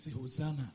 Hosanna